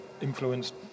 influenced